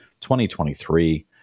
2023